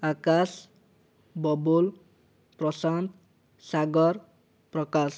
Akash Babul Prashant Sagar Prakash